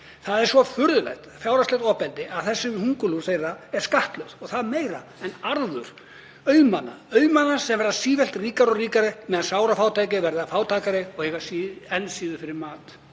Það er svo furðulegt fjárhagslegt ofbeldi að þessi hungurlús þeirra sé skattlögð og það meira en arður auðmanna, sem verða sífellt ríkari og ríkari á meðan sárafátækir verða fátækari og eiga enn síður fyrir mat.